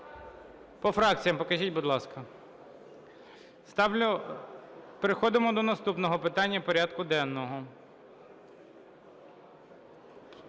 По фракціям покажіть, будь ласка. Переходимо до наступного питання порядку денного.